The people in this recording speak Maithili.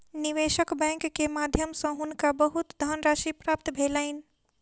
निवेशक बैंक के माध्यम सॅ हुनका बहुत धनराशि प्राप्त भेलैन